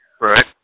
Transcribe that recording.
Right